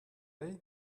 aze